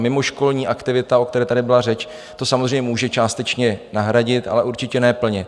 Mimoškolní aktivita, o které tady byla řeč, to samozřejmě může částečně nahradit, ale určitě ne plně.